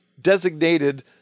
designated